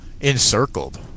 encircled